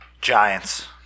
Giants